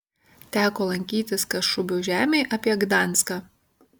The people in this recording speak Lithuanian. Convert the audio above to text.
teko lankytis kašubių žemėj apie gdanską